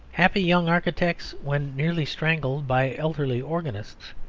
happy young architects, when nearly strangled by elderly organists,